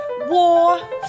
War